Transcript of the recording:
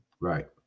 Right